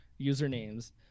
usernames